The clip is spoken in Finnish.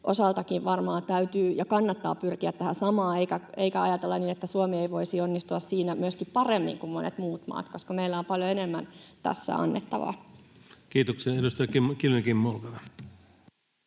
osaltakin varmaan täytyy — ja kannattaa — pyrkiä tähän samaan eikä ajatella niin, että Suomi ei voisi onnistua myöskin siinä paremmin kuin monet muut maat, koska meillä on paljon enemmän tässä annettavaa. Kiitoksia. — Edustaja Kiljunen,